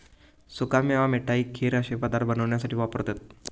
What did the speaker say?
सुका मेवा मिठाई, खीर अश्ये पदार्थ बनवण्यासाठी वापरतत